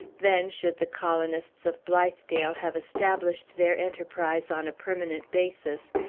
then, should the colonists of blithedale have established their enterprise on a permanent basis,